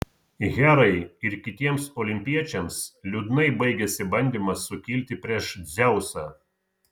herai ir kitiems olimpiečiams liūdnai baigėsi bandymas sukilti prieš dzeusą